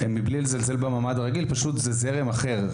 מבלי לזלזל בממ"ד הרגיל, זה פשוט זרם אחר.